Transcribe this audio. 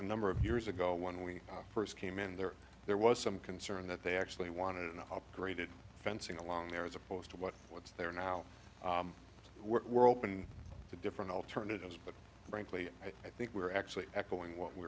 a number of years ago when we first came in there there was some concern that they actually wanted an upgraded fencing along there as opposed to what was there now we're open to different alternatives but frankly i think we're actually echoing w